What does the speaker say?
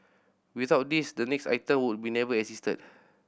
without this the next item would never have existed